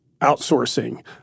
outsourcing